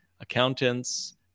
accountants